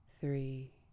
three